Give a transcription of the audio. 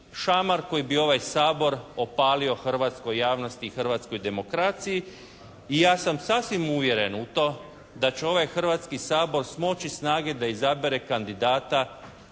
šamar koji bi ovaj Sabor opalio hrvatskoj javnosti i hrvatskoj demokraciji. I ja sam sasvim uvjeren u to da će ovaj Hrvatski sabor smoći snage da izabere kandidata